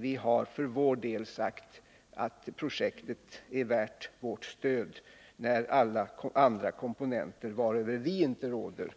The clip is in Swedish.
Vi har för vår del sagt att projektet är värt vårt stöd när alla andra komponenter, varöver vi inte råder,